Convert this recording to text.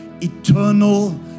eternal